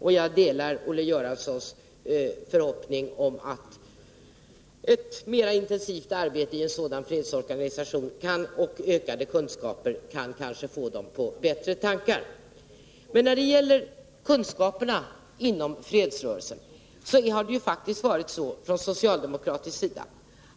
Och jag delar Olle Göranssons förhoppning att ett mera intensivt arbete i en sådan fredsorganisation, och ökade kunskaper, kanske kan få dess medlemmar på bättre tankar. När det gäller kunskaperna inom fredsrörelserna har det ju faktiskt varit så, att vad man från socialdemokratisk sida